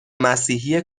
مسیحی